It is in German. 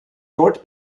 dort